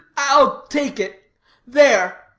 i'll take it there.